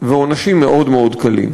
ועונשים מאוד מאוד קלים.